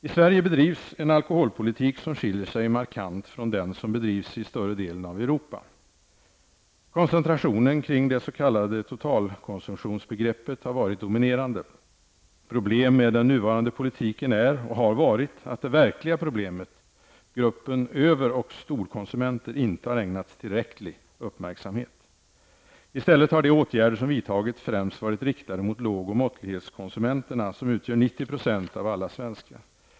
I Sverige bedrivs en alkoholpolitik som skiljer sig markant från den som bedrivs i större delen av Europa. Koncentrationen kring det s.k. totalkonsumtionsbegreppet har varit dominerande. Problemet med den nuvarande politiken är och har varit att det verkliga problemet, gruppen över och storkonsumenter, inte har ägnats tillräcklig uppmärksamhet. I stället har de åtgärder som vidtagits främst varit riktade mot låg och måttlighetskonsumenterna, som utgör 90 % av alla svenskar.